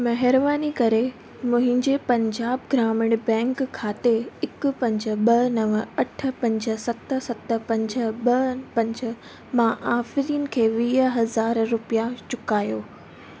महिरबानी करे मुंहिंजे पंजाब ग्रामीण बैंक खाते हिक पंज ॿ नव अठ पंज सत सत पंज ॿ पंज मां आफ़रीन खे वीह हज़ार रुपया चुकायो